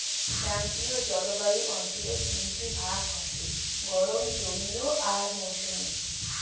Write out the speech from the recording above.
ক্রান্তীয় জলবায়ু অঞ্চলত তিনটি ভাগ হসে গরম, জলীয় আর মৌসুমী